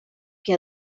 que